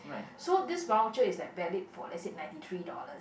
so this voucher is like valid for let's say ninety three dollars